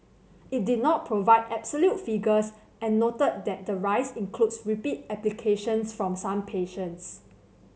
it did not provide absolute figures and noted that the rise includes repeat applications from some patients